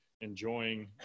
enjoying